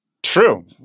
True